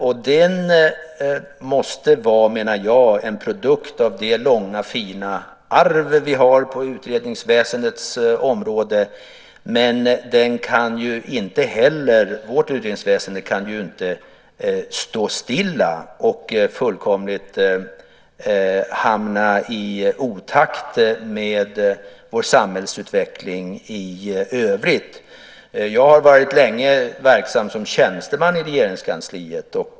Jag menar att den måste vara en produkt av det långa fina arv vi har på utredningsväsendets område, men vårt utredningsväsende kan inte stå stilla och fullkomligt hamna i otakt med vår samhällsutveckling i övrigt. Jag har varit verksam som tjänsteman i Regeringskansliet länge.